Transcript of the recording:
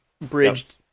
bridged